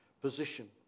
position